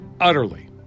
utterly